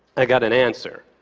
i got an answer.